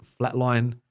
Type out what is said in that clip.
flatline